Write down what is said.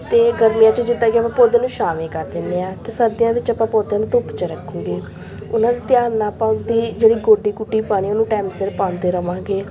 ਅਤੇ ਗਰਮੀਆਂ 'ਚ ਜਿੱਦਾਂ ਕਿ ਆਪਾਂ ਪੌਦਿਆਂ ਨੂੰ ਛਾਵੇਂ ਕਰ ਦਿੰਦੇ ਹਾਂ ਅਤੇ ਸਰਦੀਆਂ ਵਿੱਚ ਆਪਾਂ ਪੌਦਿਆਂ ਨੂੰ ਧੁੱਪ 'ਚ ਰੱਖੂਗੇ ਉਹਨਾਂ ਦੇ ਧਿਆਨ ਨਾਲ ਆਪਾਂ ਉਹਨਾਂ ਦੀ ਜਿਹੜੀ ਗੋਡੀ ਗੁਡੀ ਪਾਣੀ ਉਹਨੂੰ ਟਾਈਮ ਸਿਰ ਪਾਉਂਦੇ ਰਹਾਂਗੇ